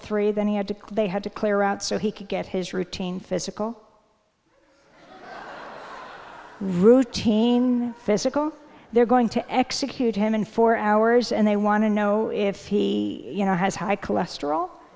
three that he had to they had to clear out so he could get his routine physical routine physical they're going to execute him in four hours and they want to know if he you know has high cholesterol